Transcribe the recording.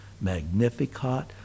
Magnificat